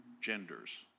genders